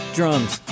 Drums